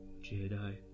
Jedi